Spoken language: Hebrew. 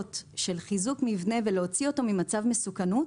של חיזוק מבנה ולהוציא אותו ממצב מסוכנות,